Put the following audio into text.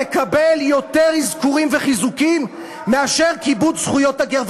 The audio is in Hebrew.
שמקבל יותר אזכורים וחיזוקים מאשר כיבוד זכויות הגר.